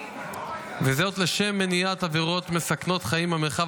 וזאת לשם מניעת עבירות מסכנות חיים במרחב